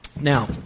Now